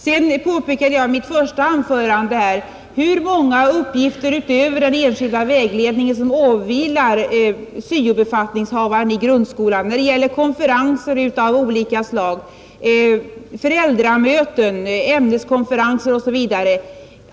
Sedan påpekade jag i mitt första anförande hur många uppgifter utöver vägledningen för den enskilde eleven som åvilar syo-befattningshavaren i grundskolan. Han deltar i ämneskonferenser och andra konferenser, i föräldramöten och mycket annat.